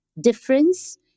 difference